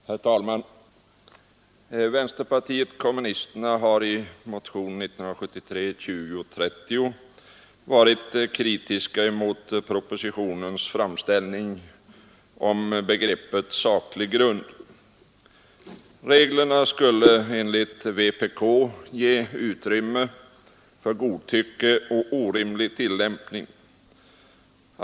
Herr talman! Vänsterpartiet kommunisterna har i motionen 2030 varit kritiska mot propositionens framställning av begreppet ”saklig grund”. Reglerna skulle enligt vpk ge utrymme för godtycke och orimlig tillämpning.